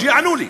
שיענו לי.